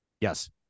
Yes